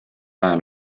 ajal